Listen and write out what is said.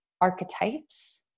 archetypes